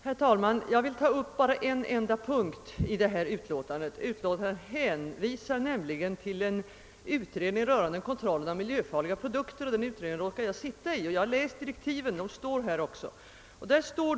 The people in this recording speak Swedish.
Herr talman! Jag skall bara ta upp en enda punkt i förevarande utskottsutlåtande. Utskottet hänvisar till en utredning rörande kontrollen av miljöfarliga produkter, och jag råkar sitta med i den utredningen, vars direktiv återfinnes på s. 10 i utskottets utlåtande.